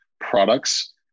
products